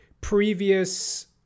previous